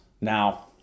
Now